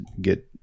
get